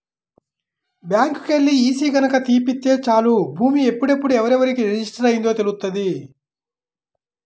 బ్యాంకుకెల్లి ఈసీ గనక తీపిత్తే చాలు భూమి ఎప్పుడెప్పుడు ఎవరెవరికి రిజిస్టర్ అయ్యిందో తెలుత్తది